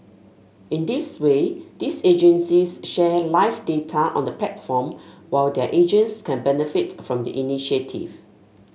in this way these agencies share live data on the platform while their agents can benefit from the initiative